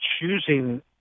choosing